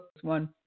one